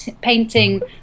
painting